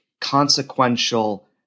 consequential